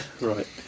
right